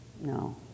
no